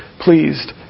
pleased